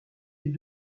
des